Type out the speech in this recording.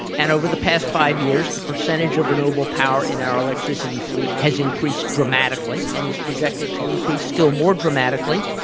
and over the past five years the percentage of renewable power in our electricity fleet has increased dramatically and is projected to increase still more dramatically.